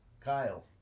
Kyle